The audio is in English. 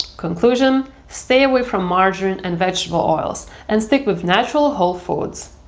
conclusion, stay away from margarine and vegetable oils. and stick with natural whole foods.